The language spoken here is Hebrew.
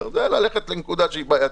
זה ללכת לנקודה שהיא בעייתית.